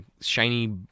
shiny